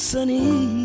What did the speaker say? Sunny